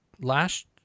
last